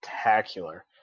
spectacular